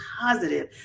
positive